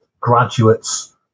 graduates